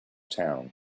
town